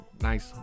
nice